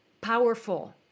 powerful